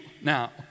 now